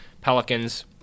pelicans